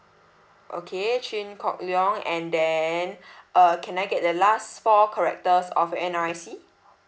okay chin kok leong and then uh can I get the last four characters of N_R_I_C